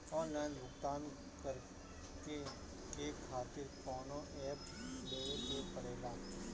Online भुगतान करके के खातिर कौनो ऐप लेवेके पड़ेला?